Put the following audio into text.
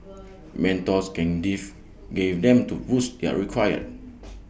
mentors can live give them to boost they are require